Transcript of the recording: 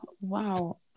Wow